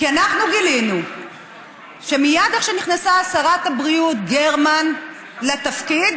כי אנחנו גילינו שמייד איך שנכנסה שרת הבריאות גרמן לתפקיד,